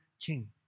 King